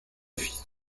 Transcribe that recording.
fils